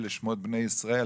אלה שמות בני ישראל,